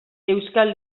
euskal